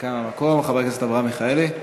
דקה מהמקום, חבר הכנסת אברהם מיכאלי.